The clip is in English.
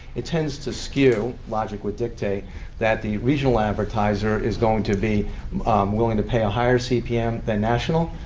it tends to skew. logic would dictate that the regional advertiser is going to be willing to pay a higher cpm than national.